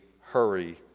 hurry